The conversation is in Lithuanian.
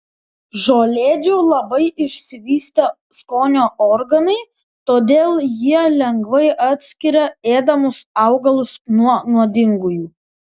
žolėdžių labai išsivystę skonio organai todėl jie lengvai atskiria ėdamus augalus nuo nuodingųjų